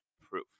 proof